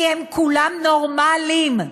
כי הם כולם נורמליים,